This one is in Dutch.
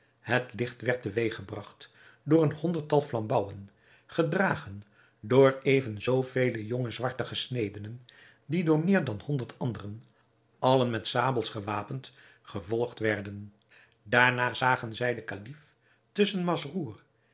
het licht werd te weeg gebragt door een honderdtal flambouwen gedragen door even zoo vele jonge zwarte gesnedenen die door meer dan honderd anderen allen met sabels gewapend gevolgd werden daarna zagen zij den kalif